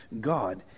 god